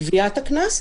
גביית הקנס.